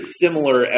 similar